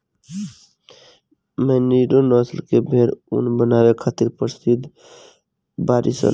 merino नस्ल के भेड़ ऊन बनावे खातिर प्रसिद्ध बाड़ीसन